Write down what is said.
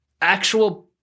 actual